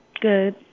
Good